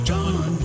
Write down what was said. John